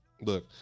Look